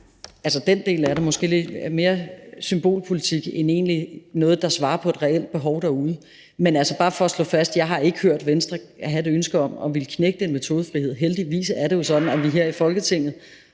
på en måde bliver lidt mere symbolpolitik end egentlig noget, der svarer på et reelt behov derude. Men altså, bare for at slå det fast, så har jeg ikke hørt Venstre have et ønske om at ville knægte den metodefrihed. Heldigvis er det jo sådan, at vi her i Folketinget